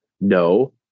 No